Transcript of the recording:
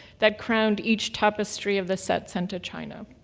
that crowned each tapestry of the set sent to china.